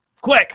Quick